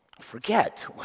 forget